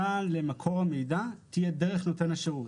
הגישה למקור המידע, תהיה דרך נותן השירות.